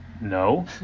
no